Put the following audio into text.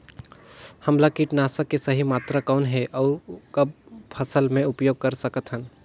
हमला कीटनाशक के सही मात्रा कौन हे अउ कब फसल मे उपयोग कर सकत हन?